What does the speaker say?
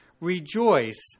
rejoice